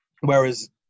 Whereas